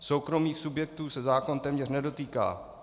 Soukromých subjektů se zákon téměř nedotýká.